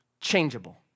changeable